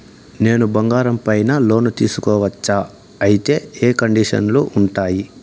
నేను బంగారం పైన లోను తీసుకోవచ్చా? అయితే ఏ కండిషన్లు ఉంటాయి?